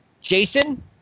Jason